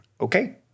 okay